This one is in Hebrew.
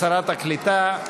שרת הקליטה,